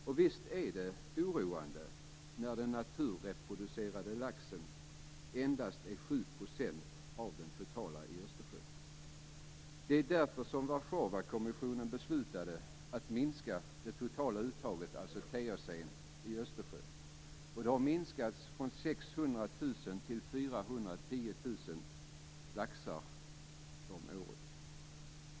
Och visst är det oroande när den naturreproducerade laxen utgör endast 7 % av den totala mängden i Östersjön. Det var därför som Warszawakommissionen beslutade att minska den totala kvoten, alltså TAC, i Östersjön. Den har minskats från 600 000 till 410 000 laxar om året.